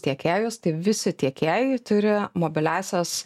tiekėjus tai visi tiekėjai turi mobiliąsias